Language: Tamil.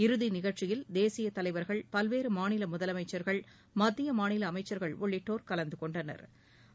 இறுதி நிகழ்ச்சியில் தேசிய தலைவர்கள் பல்வேறு மாநில முதலமைச்சர்கள் மத்திய மாநில அமைச்சா்கள் உள்ளிட்டோா் கலந்து கொண்டனா்